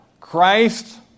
Christ